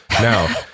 Now